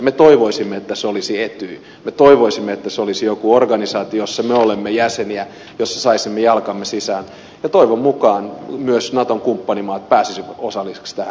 me toivoisimme että se olisi etyj me toivoisimme että se olisi joku organisaatio jossa me olemme jäseniä jossa saisimme jalkamme sisään ja toivon mukaan myös naton kumppanimaat pääsisivät osallisiksi tähän